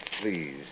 please